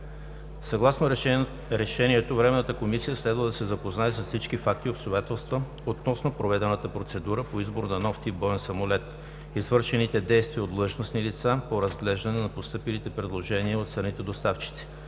Съгласно решението, Временната комисия следва да се запознае с всички факти и обстоятелства относно проведената процедура по избор на нов тип боен самолет; извършените действия от длъжностни лица по разглеждане на постъпилите предложения от страните доставчици;